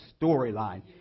storyline